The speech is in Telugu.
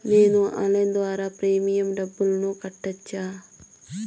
నేను ఆన్లైన్ ద్వారా ప్రీమియం డబ్బును కట్టొచ్చా?